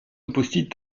упустить